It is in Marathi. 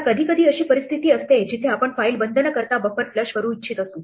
आता कधीकधी अशी परिस्थिती असते जिथे आपण फाइल बंद न करता बफर फ्लश करू इच्छित असू